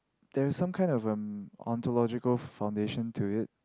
there is some kind of um ontological foundation to it